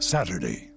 Saturday